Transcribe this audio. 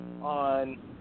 on